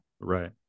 Right